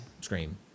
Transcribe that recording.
scream